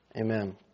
Amen